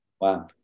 wow